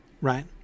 right